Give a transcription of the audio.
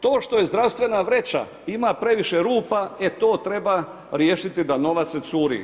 To što je zdravstvena vreća ima previše rupa e to treba riješiti da novac ne curi.